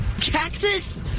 Cactus